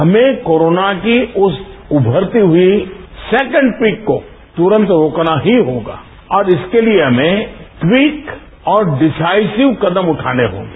हमें कोरोना की उस उभरती हुई सेकेंड पीक को तुरंत रोकना ही होगा और इसके लिए हमें ट्वीक और डीसाइसिव कदम उठाने होंगे